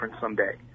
someday